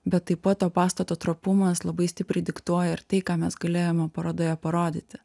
bet taip pat pastato trapumas labai stipriai diktuoja ir tai ką mes galėjome parodoje parodyti